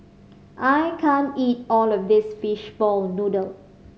I can't eat all of this fishball noodle